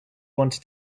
wanted